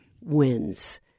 wins